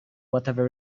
whatever